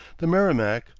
the merrimac,